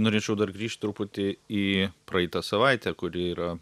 norėčiau dar grįš truputį į praeitą savaitę kuri yra